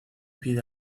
pide